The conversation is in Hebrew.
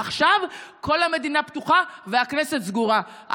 עכשיו כל המדינה פתוחה והכנסת סגורה.